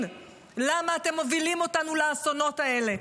למה אתם מובילים אותנו לאסונות האלה,